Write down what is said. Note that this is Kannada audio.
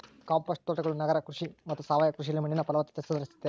ಕಾಂಪೋಸ್ಟ್ ತೋಟಗಳು ನಗರ ಕೃಷಿ ಮತ್ತು ಸಾವಯವ ಕೃಷಿಯಲ್ಲಿ ಮಣ್ಣಿನ ಫಲವತ್ತತೆ ಸುಧಾರಿಸ್ತತೆ